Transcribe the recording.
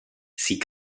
sie